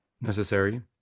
necessary